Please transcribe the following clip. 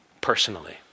personally